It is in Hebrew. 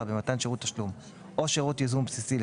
במתן שירות תשלום או שירות ייזום בסיסי,